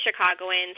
Chicagoans